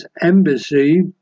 Embassy